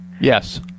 Yes